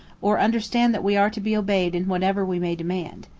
or understand that we are to be obeyed in whatever we may demand.